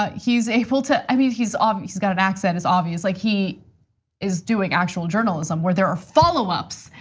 but he's a full, i mean, he's um he's got an accent, it's obvious. like he is doing actual journalism where there are follow ups.